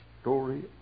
story